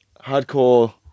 Hardcore